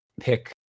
Pick